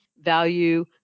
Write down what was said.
value